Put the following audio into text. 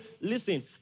listen